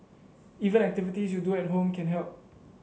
even activities you do at home can help